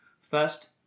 first